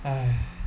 !aiya!